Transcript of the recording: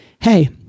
hey